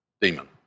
demon